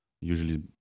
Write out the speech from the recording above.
usually